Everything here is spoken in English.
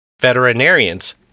Veterinarians